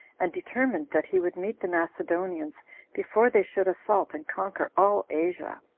and determined that he would meet the macedonians before they should assault and conquer all asia.